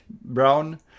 brown